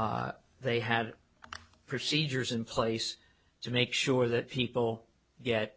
if they had procedures in place to make sure that people get